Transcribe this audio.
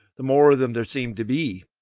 the more of them there seem to be.